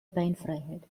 beinfreiheit